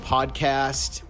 Podcast